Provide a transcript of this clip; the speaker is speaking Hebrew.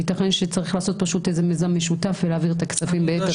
ייתכן שצריך לעשות איזה מיזם משותף ולהעביר את הכספים ביתר קלות.